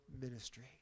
ministry